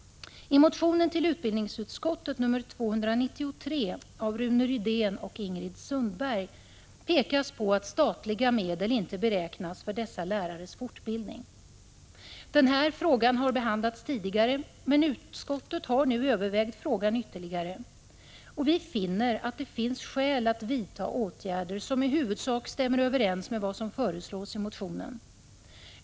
I motion Ub293 av Rune Rydén och Ingrid Sundberg pekas på att statliga medel inte beräknas för dessa lärares fortbildning. Denna fråga har behandlats tidigare, men utskottet har nu övervägt frågan ytterligare och finner att det finns skäl att vidta åtgärder som i huvudsak stämmer överens med vad som föreslås i motionen.